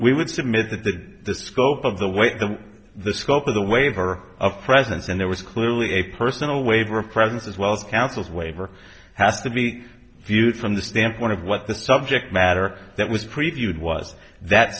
we would submit that the the scope of the weight to the scope of the waiver of presidents and there was clearly a personal waiver present as well counsel's waiver have to be viewed from the standpoint of what the subject matter that was previewed was that